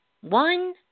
One